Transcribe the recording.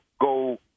go